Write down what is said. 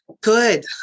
good